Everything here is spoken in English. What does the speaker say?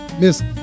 Miss